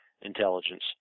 intelligence